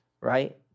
right